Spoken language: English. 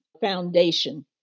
foundation